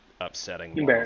upsetting